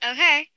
Okay